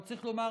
צריך לומר,